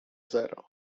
zero